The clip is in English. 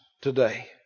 today